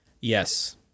Yes